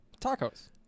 Tacos